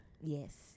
Yes